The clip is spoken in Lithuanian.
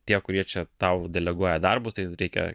tie kurie čia tau deleguoja darbus tai reikia